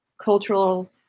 cultural